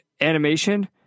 animation